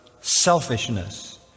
selfishness